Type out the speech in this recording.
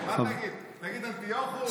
מה תגיד, תגיד אנטיוכוס?